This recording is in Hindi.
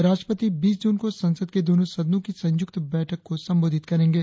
राष्ट्रपति बीस जून को संसद के दोनो सदनों की संयुक्त बैठक को संबोधित करेगे